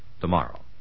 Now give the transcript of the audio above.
tomorrow